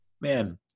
man